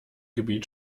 gebiet